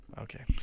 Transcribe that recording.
okay